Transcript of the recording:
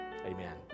Amen